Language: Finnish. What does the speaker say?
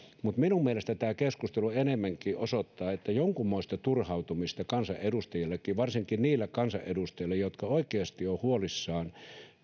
mutta minun mielestäni tämä keskustelu osoittaa enemmänkin että jonkunmoista turhautumista on kansanedustajillakin varsinkin niillä kansanedustajilla jotka oikeasti ovat huolissaan